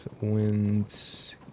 wins